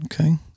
Okay